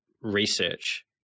research